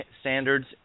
standards